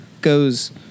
goes